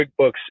QuickBooks